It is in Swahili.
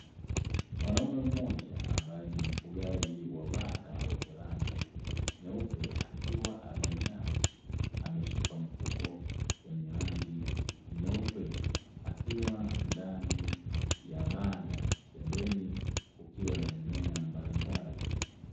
Mwanaume mmoja ambaye ni mfugaji wa bata wenye rangi nyeupe akiwa ameinama, ameshika mfuko wenye rangi nyeupe akiwa ndani ya banda pembeni kukiwa na mimea mbalimbali.